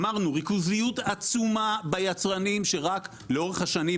אמרנו: ריכוזיות עצומה ביצרנים שרק לאורך השנים,